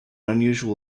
unusual